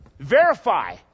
Verify